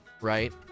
right